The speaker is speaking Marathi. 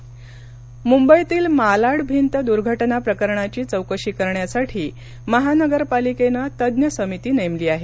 मालाड मुंबईतील मालाड भिंत दूर्घटना प्रकरणाची चौकशी करण्यासाठी महानगरपालिकेनं तज्ज्ञ समिती नेमली आहे